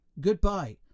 Goodbye